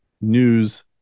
news